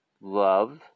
love